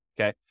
okay